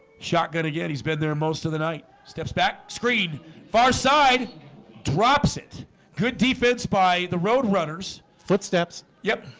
shotgun again, he's been there most of the night steps back screen far side drops it good defense by the roadrunners footsteps. yep.